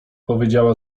powiedziała